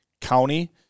county